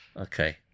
Okay